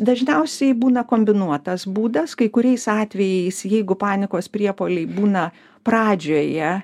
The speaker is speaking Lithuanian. dažniausiai būna kombinuotas būdas kai kuriais atvejais jeigu panikos priepuoliai būna pradžioje